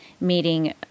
meeting